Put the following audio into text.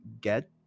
get